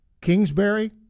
Kingsbury